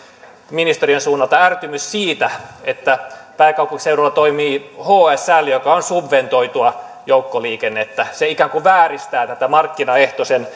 ministeriön suunnalta ärtymys siitä että pääkaupunkiseudulla toimii hsl joka on subventoitua joukkoliikennettä se ikään kuin vääristää tätä markkinaehtoisen